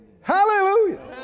Hallelujah